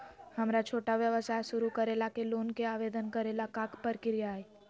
हमरा छोटा व्यवसाय शुरू करे ला के लोन के आवेदन करे ल का प्रक्रिया हई?